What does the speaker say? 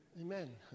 amen